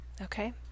okay